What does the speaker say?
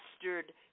bastard